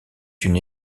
une